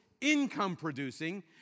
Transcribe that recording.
income-producing